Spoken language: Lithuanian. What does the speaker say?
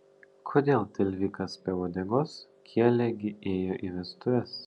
kodėl tilvikas be uodegos kielė gi ėjo į vestuves